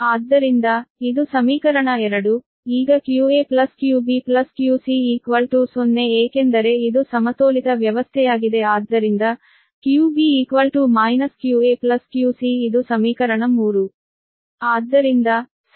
ಆದ್ದರಿಂದ ಇದು ಸಮೀಕರಣ 2 ಈಗ qaqbqc0 ಏಕೆಂದರೆ ಇದು ಸಮತೋಲಿತ ವ್ಯವಸ್ಥೆಯಾಗಿದೆ ಆದ್ದರಿಂದ qb qaqc ಇದು ಸಮೀಕರಣ 3